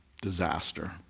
disaster